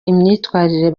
imyitwarire